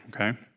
okay